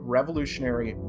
Revolutionary